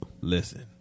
listen